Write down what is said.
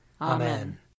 Amen